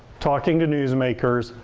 talking to newsmakers,